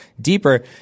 deeper